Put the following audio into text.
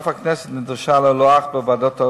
שאף הכנסת נדרשה לה לא אחת בוועדת העבודה,